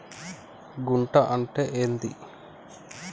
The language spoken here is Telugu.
గుంట అంటే ఏంది?